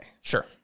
Sure